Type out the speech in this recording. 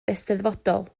eisteddfodol